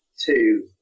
two